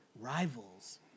rivals